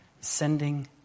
sending